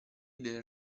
del